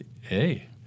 Hey